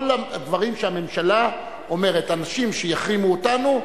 כל הדברים הממשלה אומרת: אנשים שיחרימו אותנו,